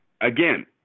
again